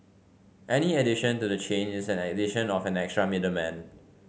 any addition to the chain is an addition of an extra middleman